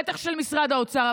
ובטח של משרד האוצר,